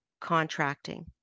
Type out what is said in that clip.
contracting